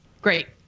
Great